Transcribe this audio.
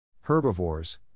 Herbivores